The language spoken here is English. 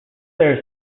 there